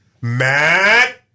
Matt